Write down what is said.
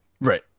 Right